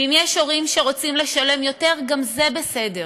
ואם יש הורים שרוצים לשלם יותר, גם זה בסדר.